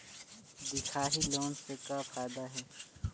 दिखाही लोन से का फायदा हे?